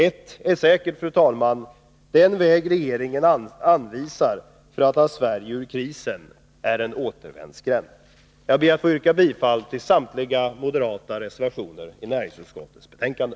Ett är säkert, fru talman: den väg regeringen anvisar för att ta Sverige ur krisen är en återvändsgränd. Jag ber att få yrka bifall till samtliga moderata reservationer till näringsutskottets betänkande.